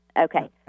Okay